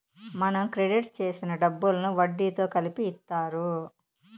మనం క్రెడిట్ చేసిన డబ్బులను వడ్డీతో కలిపి ఇత్తారు